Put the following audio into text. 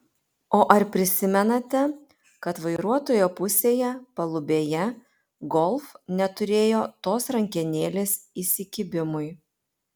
o ar prisimenate kad vairuotojo pusėje palubėje golf neturėjo tos rankenėles įsikibimui